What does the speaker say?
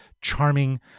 charming